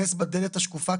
בדלת השקופה?